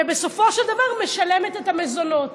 ובסופו של דבר משלמת את המזונות.